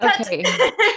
Okay